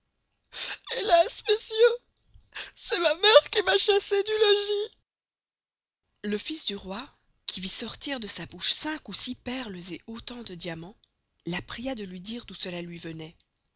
helas monsieur c'est ma mere qui m'a chassée du logis le fils du roi qui vit sortir de sa bouche cinq ou six perles et autant de diamants la pria de luy dire d'où cela luy venoit